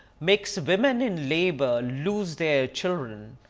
makes women in labor lose their children,